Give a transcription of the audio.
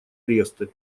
аресты